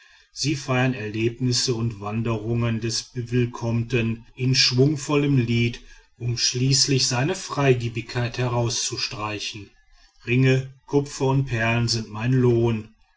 sie feiern erlebnisse und wanderungen des bewillkommten in schwungvollem lied um schließlich seine freigebigkeit herauszustreichen ringe kupfer und perlen sind mein lohn